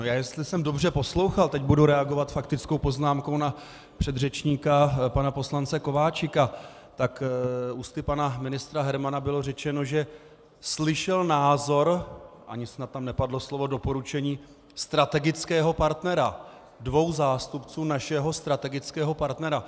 Jestli jsem dobře poslouchal, teď budu reagovat s faktickou poznámkou na předřečníka pana poslance Kováčika, tak ústy pana ministra Hermana byla řečeno, že slyšel názor, ani snad tam nepadlo slovo doporučení, strategického partnera, dvou zástupců našeho strategického partnera.